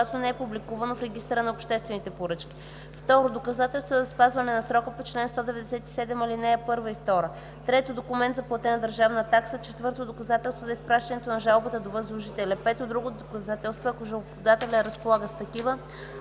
когато не е публикувано в Регистъра на обществените поръчки; 2. доказателства за спазване на срока по чл. 197, ал. 1 и 2; 3. документ за платена държавна такса; 4. доказателство за изпращането на жалбата до възложителя; 5. други доказателства, ако жалбоподателят разполага с такива.